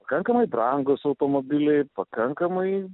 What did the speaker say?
kankamai brangūs automobiliai pakankamai